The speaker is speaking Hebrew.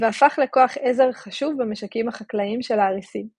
והפך לכוח עזר חשוב במשקים החקלאיים של האריסים –